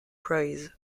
praise